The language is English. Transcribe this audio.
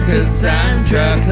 Cassandra